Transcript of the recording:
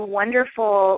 wonderful